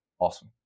awesome